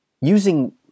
Using